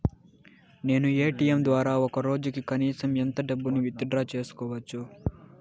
నేను ఎ.టి.ఎం ద్వారా ఒక రోజుకి కనీసం ఎంత డబ్బును విత్ డ్రా సేసుకోవచ్చు?